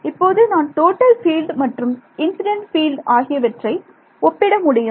இப்போது நான் total field மற்றும் இன்சிடென்ட் பீல்டு ஆகியவற்றை ஒப்பிட முடியும்